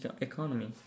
economy